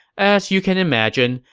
as you can imagine,